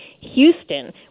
Houston